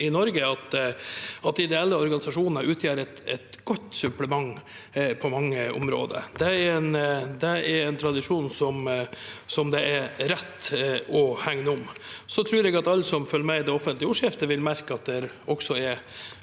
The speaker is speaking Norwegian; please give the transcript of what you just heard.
at ideelle organisasjoner utgjør et godt supplement på mange områder. Det er en tradisjon som det er rett å hegne om. Jeg tror at alle som følger med i det offentlige ordskiftet, vil merke – og det ser